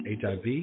HIV